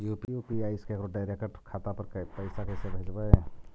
UPI से केकरो direct खाता पर पैसा कैसे भेजबै?